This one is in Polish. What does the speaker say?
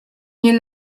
nie